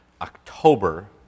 October